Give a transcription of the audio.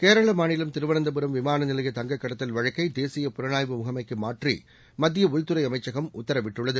கேரளமாநிலம் திருவனந்தபுரம் விமானநிலைய தங்கக்கடத்தல் வழக்கைதேசிய புலனாய்வு முகமைக்குமாற்றிமத்தியஉள்துறைஅமை்சசகம் உத்தரவிட்டுள்ளது